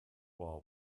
wall